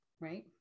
right